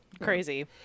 Crazy